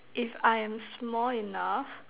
if I am small enough